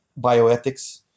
bioethics